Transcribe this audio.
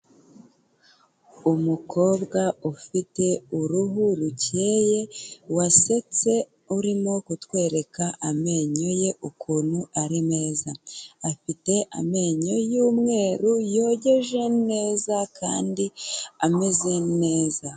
Umukobwa ufite uruhu rukeye wasetse urimo kutwereka amenyo ye ukuntu ari meza, afite amenyo y'umweru yogeje neza kandi ameze neza.